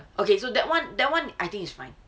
okay so that one that one I think it's fine